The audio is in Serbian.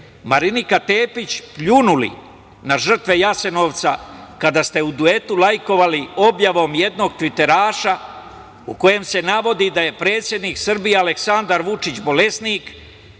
Marinika Tepić, pljunuli na žrtve Jasenovca kada ste u duetu lajkovali objavu jednog tviteraša u kojoj se navodi da je predsednik Srbije Aleksandar Vučić bolesnik